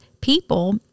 people